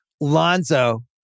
Lonzo